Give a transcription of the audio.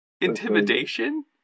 intimidation